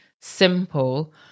simple